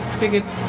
tickets